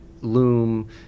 loom